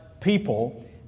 people